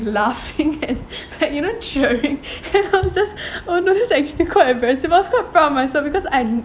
laughing and and like you know cheering and I was just oh no this is actually quite embarrassing but I was quite proud of myself because I'm